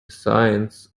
signs